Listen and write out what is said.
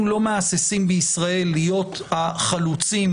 אנחנו לא מהססים בישראל להיות החלוצים